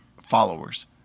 followers